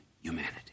humanity